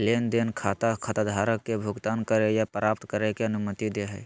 लेन देन खाता खाताधारक के भुगतान करे या प्राप्त करे के अनुमति दे हइ